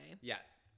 Yes